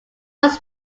was